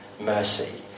mercy